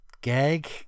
gag